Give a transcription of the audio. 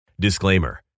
Disclaimer